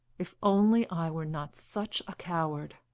if only i were not such a coward!